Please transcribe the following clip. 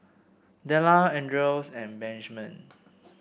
Della Andreas and Benjman